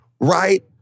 right